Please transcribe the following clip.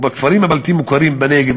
ובכפרים הבלתי-מוכרים בנגב,